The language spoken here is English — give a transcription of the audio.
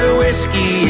whiskey